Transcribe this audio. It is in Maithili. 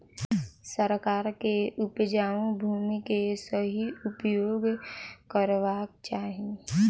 सरकार के उपजाऊ भूमि के सही उपयोग करवाक चाही